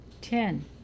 Ten